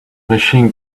machine